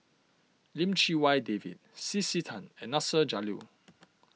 Lim Chee Wai David C C Tan and Nasir Jalil